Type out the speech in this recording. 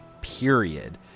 period